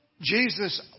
Jesus